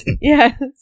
yes